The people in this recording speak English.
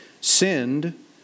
sinned